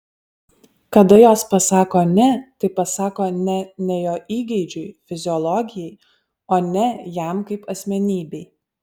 kada jos pasako ne tai pasako ne ne jo įgeidžiui fiziologijai o ne jam kaip asmenybei